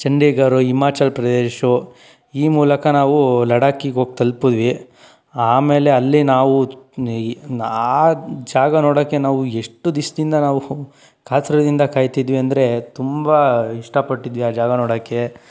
ಚಂಡೀಘರ್ ಹಿಮಾಚಲ್ ಪ್ರದೇಶ್ ಈ ಮೂಲಕ ನಾವು ಲಡಾಕಿಗೆ ಹೋಗಿ ತಲುಪಿದ್ವಿ ಆಮೇಲೆ ಅಲ್ಲೆ ನಾವು ಆ ಜಾಗ ನೋಡೋಕ್ಕೆ ನಾವು ಎಷ್ಟು ದಿವ್ಸದಿಂದ ನಾವು ಕಾತುರದಿಂದ ಕಾಯ್ತಿದ್ವಿ ಅಂದರೆ ತುಂಬ ಇಷ್ಟಪಟ್ಟಿದ್ವಿ ಆ ಜಾಗ ನೋಡೊಕ್ಕೆ